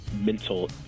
mental